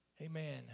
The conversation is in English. Amen